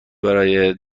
برای